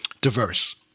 diverse